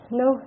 no